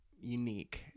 unique